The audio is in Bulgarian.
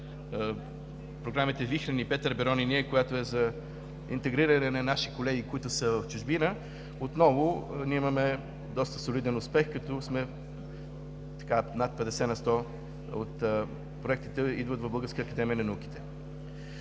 програмите „Вихрен“, и „Петър Берон“, и НИЕ, която е за интегриране на наши колеги, които са в чужбина, отново ние имаме доста солиден успех, като над 50% от проектите идват в Българската академия на науките.